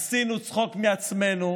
עשינו צחוק מעצמנו,